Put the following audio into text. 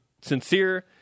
sincere